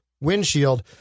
windshield